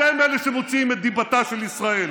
אתם אלה שמוציאים את דיבתה של ישראל,